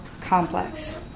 complex